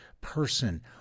person